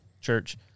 church